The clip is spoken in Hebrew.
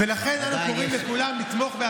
למה למסור לגורם פוליטי את